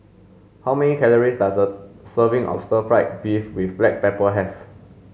how many calories does a serving of stir fried beef with black pepper have